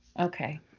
Okay